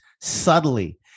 subtly